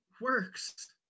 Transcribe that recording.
works